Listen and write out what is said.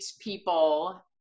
people